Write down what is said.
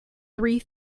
three